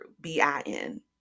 B-I-N